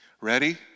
ready